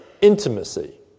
intimacy